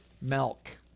milk